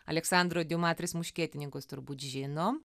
aleksandro diuma tris muškietininkus turbūt žinom